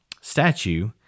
statue